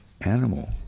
animal